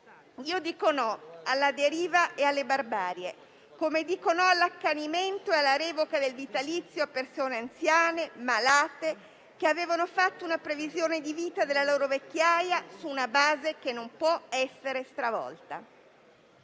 Dico no alla deriva e alle barbarie, come dico no all'accanimento e alla revoca del vitalizio a persone anziane o malate, che avevano fatto una previsione di vita per la loro vecchiaia su una base che non può essere stravolta,